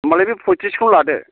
होनबालाय बे फयथ्रिसखौ लादो